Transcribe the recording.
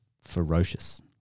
ferocious